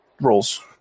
rolls